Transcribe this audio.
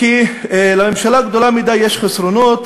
כי לממשלה גדולה מדי יש חסרונות,